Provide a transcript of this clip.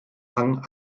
hang